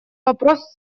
вопрос